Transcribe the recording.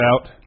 out